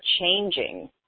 changing